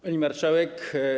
Pani Marszałek!